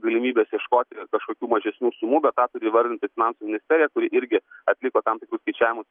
galimybės ieškoti kažkokių mažesnių sumų bet tą turi įvardinti finansų ministerija kuri irgi atliko tam tikrus skaičiavimus